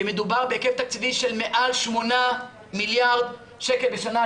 כי מדובר בהיקף תקציבי של מעל 8 מיליארד שקל בשנה,